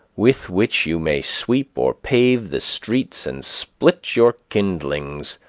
with which you may sweep or pave the streets, and split your kindlings,